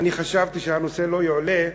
אני חשבתי שהנושא לא יועלה,